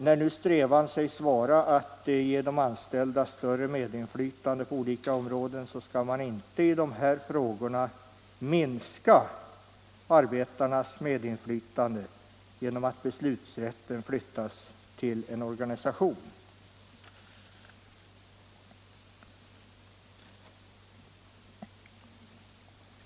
När strävan nu sägs vara att ge de anställda större medinflytande på olika områden, skall man i de här frågorna inte minska arbetarnas medinflytande genom att beslutsrätten flyttas till en organisation.